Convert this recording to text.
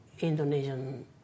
Indonesian